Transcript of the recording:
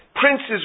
Princes